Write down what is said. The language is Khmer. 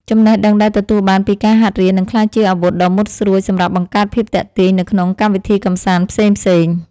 ចំណេះដឹងដែលទទួលបានពីការហាត់រៀននឹងក្លាយជាអាវុធដ៏មុតស្រួចសម្រាប់បង្កើតភាពទាក់ទាញនៅក្នុងកម្មវិធីកម្សាន្តផ្សេងៗ។